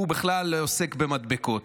הוא בכלל עוסק במדבקות.